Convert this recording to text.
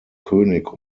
könig